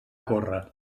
córrer